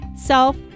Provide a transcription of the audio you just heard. self